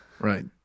Right